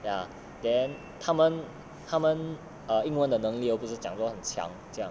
ya then 他们他们 err 英文的能力又不是讲说很强这样